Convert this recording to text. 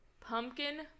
pumpkin